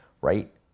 right